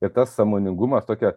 ir tas sąmoningumas tokia